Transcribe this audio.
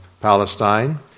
Palestine